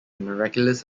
miraculous